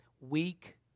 weak